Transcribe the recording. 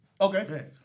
Okay